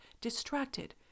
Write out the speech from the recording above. distracted